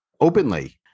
openly